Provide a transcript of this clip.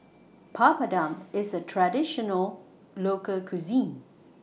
Papadum IS A Traditional Local Cuisine